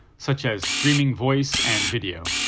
such as streaming voice and video.